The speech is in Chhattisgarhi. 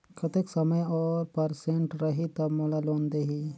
कतेक समय और परसेंट रही तब मोला लोन देही?